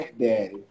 daddy